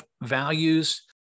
values